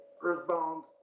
Earthbound